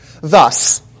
Thus